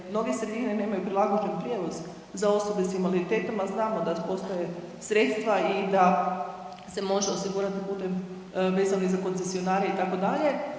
mnoge sredine nemaju prilagođen prijevoz za osobe s invaliditetom, a znamo da postoje sredstva i da se može osigurat putem vezano i za koncesionare itd.,